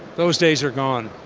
those days are gone.